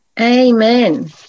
Amen